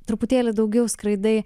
truputėlį daugiau skraidai